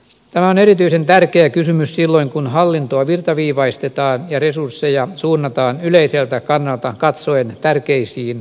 tämä on erityisen tärkeä kysymys silloin kun hallintoa virtaviivaistetaan ja resursseja suunnataan yleiseltä kannalta katsoen tärkeisiin kohteisiin